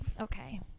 Okay